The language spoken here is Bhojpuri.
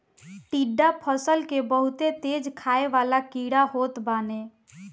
टिड्डा फसल के बहुते तेज खाए वाला कीड़ा होत बाने